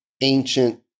ancient